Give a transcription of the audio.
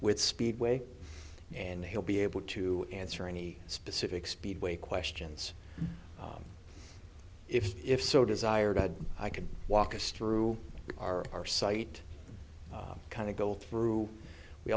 with speedway and he'll be able to answer any specific speedway questions if if so desired i could walk us through our our site kind of go through we